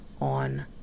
on